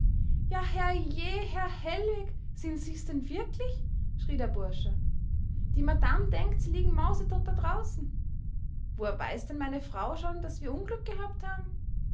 ja herrje herr hellwig sind sie's denn wirklich schrie der bursche die madame denkt sie liegen mausetot da draußen woher weiß denn meine frau schon daß wir unglück gehabt haben